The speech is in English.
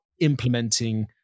implementing